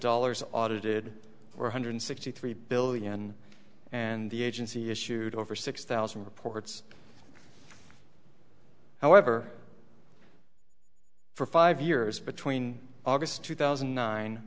dollars audited were hundred sixty three billion and the agency issued over six thousand reports however for five years between august two thousand